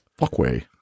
Fuckway